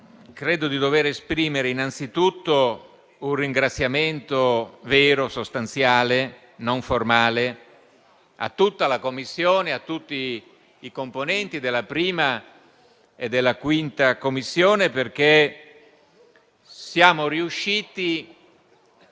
credo di dover esprimere innanzitutto un ringraziamento vero, sostanziale e non formale a tutta la Commissione, a tutti i componenti della 1a e della 5a Commissione perché siamo riusciti